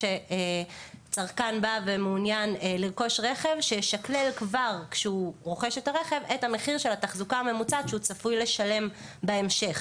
שהצרכן ישקלל את מחיר התחזוקה שהוא צפוי לשלם בהמשך